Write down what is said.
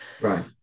Right